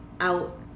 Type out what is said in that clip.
out